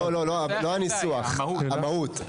לא הניסוח, אלא המהות.